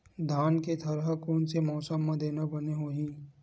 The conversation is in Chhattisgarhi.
धान के थरहा कोन से मौसम म देना बने होही?